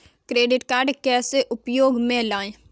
Credit card कैसे उपयोग में लाएँ?